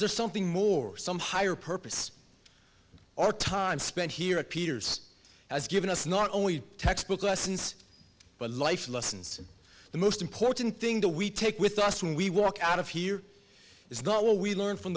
something more some higher purpose our time spent here at peter's has given us not only textbook lessons but life lessons the most important thing the we take with us when we walk out of here is that what we learn from